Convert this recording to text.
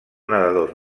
nedadors